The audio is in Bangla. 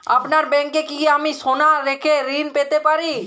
আপনার ব্যাংকে কি আমি সোনা রেখে ঋণ পেতে পারি?